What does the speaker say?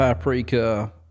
Paprika